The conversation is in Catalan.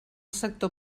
sector